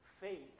faith